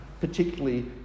particularly